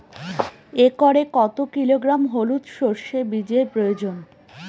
একরে কত কিলোগ্রাম হলুদ সরষে বীজের প্রয়োজন?